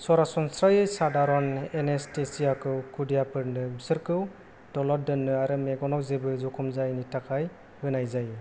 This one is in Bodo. सरासनस्रायै सादारन एनेस्थेसियाखौ खुदियाफोरनो बिसोरखौ दल'द दोन्नो आरो मेग'नाव जेबो जखम जायैनि थाखाय होनाय जायो